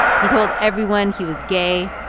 he told everyone he was gay,